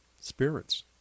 spirits